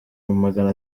magana